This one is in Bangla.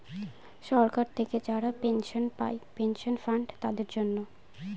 সরকার থেকে যারা পেনশন পায় পেনশন ফান্ড তাদের জন্য